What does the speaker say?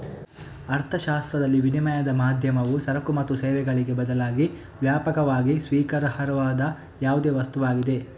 ಅರ್ಥಶಾಸ್ತ್ರದಲ್ಲಿ, ವಿನಿಮಯದ ಮಾಧ್ಯಮವು ಸರಕು ಮತ್ತು ಸೇವೆಗಳಿಗೆ ಬದಲಾಗಿ ವ್ಯಾಪಕವಾಗಿ ಸ್ವೀಕಾರಾರ್ಹವಾದ ಯಾವುದೇ ವಸ್ತುವಾಗಿದೆ